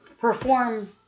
perform